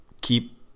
keep